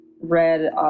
read